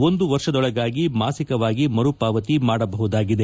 ಒಂದು ವರ್ಷದೊಳಗಾಗಿ ಮಾಸಿಕವಾಗಿ ಮರುಪಾವತಿ ಮಾಡಬಹುದಾಗಿದೆ